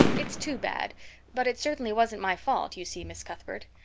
it's too bad but it certainly wasn't my fault, you see, miss cuthbert.